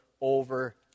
over